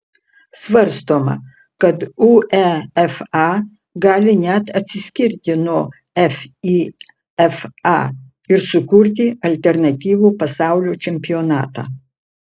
svarstoma kad uefa gali net atsiskirti nuo fifa ir sukurti alternatyvų pasaulio čempionatą